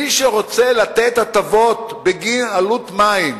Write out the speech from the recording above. מי שרוצה לתת הטבות בגין עלות מים